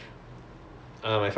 oh wait your father plays also